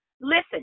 listen